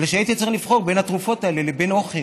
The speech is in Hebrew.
אלא שהייתי צריך לבחור בין התרופות האלה לבין אוכל.